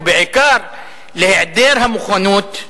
ובעיקר להיעדר המוכנות,